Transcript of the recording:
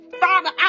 Father